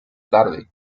tarde